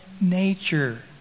nature